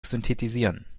synthetisieren